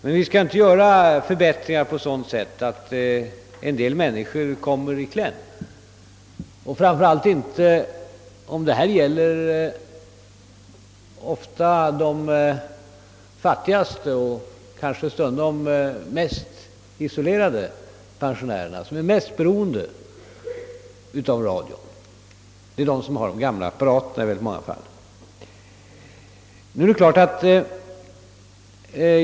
Men vi skall inte göra förbättringar på sådant sätt att en del människor kommer i kläm och framför allt inte om det — som i detta fall — gäller de fattigaste och stundom mest isolerade pensionärerna. Det är vanligen dessa som är mest beroende av radion, och det är också i många fall de som har de gamla apparaterna.